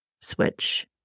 switch